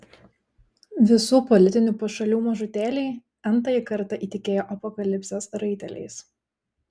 visų politinių pašalių mažutėliai n tąjį kartą įtikėjo apokalipsės raiteliais